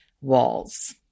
walls